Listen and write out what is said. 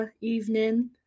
evening